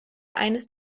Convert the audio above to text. eines